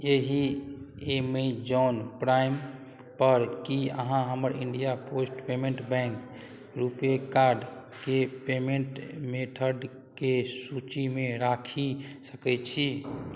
एहि एमेजॉन प्राइमपर की अहाँ हमर India post payment bank RuPay कार्डके पेमेंट मेथडके सूचीमे राखि सकय छी